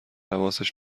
حواسش